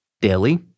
daily